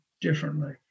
differently